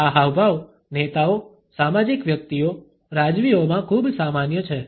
આ હાવભાવ નેતાઓ સામાજિક વ્યક્તિઓ રાજવીઓમાં ખૂબ સામાન્ય છે